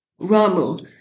Ramu